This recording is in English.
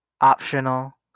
optional